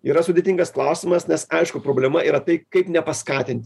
yra sudėtingas klausimas nes aišku problema yra tai kaip nepaskatint